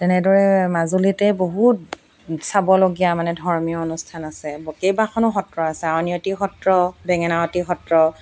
তেনেদৰে মাজুলীতে বহুত চাবলগীয়া মানে ধৰ্মীয় অনুষ্ঠান আছে ব কেইবাখনো সত্ৰ আছে আউনীয়তী সত্ৰ বেঙেনাৱতী সত্ৰ